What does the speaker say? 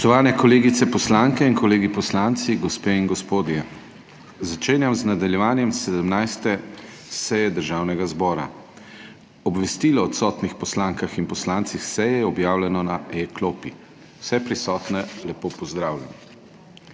Spoštovane kolegice poslanke in kolegi poslanci, gospe in gospodje! Začenjam z nadaljevanjem 17. seje Državnega zbora. Obvestilo o odsotnih poslankah in poslancih je objavljeno na e-klopi. Vse prisotne lepo pozdravljam!